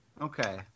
Okay